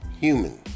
human